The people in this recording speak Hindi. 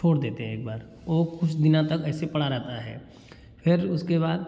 छोड़ देते हैं एक बार और कुछ दिना तक ऐसे पड़ा रहता है फ़िर उसके बाद